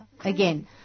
again